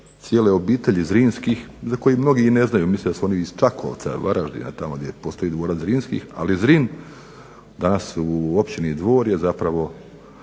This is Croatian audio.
cijele obitelji Zrinskih za koji mnogi i ne znaju. Misle da su oni iz Čakovca, Varaždina tamo, gdje postoji dvorac Zrinskih. Ali je Zrin, danas u općini Dvor je zapravo